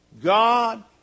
God